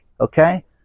okay